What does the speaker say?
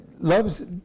loves